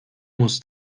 muss